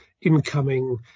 incoming